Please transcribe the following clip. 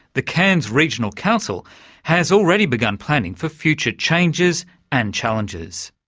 the cairns regional council has already begun planning for future changes and challenges.